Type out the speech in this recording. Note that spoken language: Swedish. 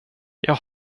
jag